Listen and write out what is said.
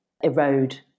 erode